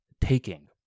taking